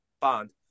bond